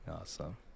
Awesome